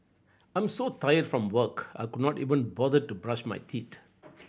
I'm so tired from work I could not even bother to brush my teeth